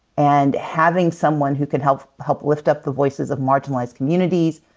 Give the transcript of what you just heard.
and having someone who can help help lift up the voices of marginalized communities,